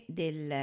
del